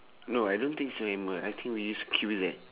no I don't think so hammer I think we use Q_P_Z